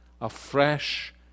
afresh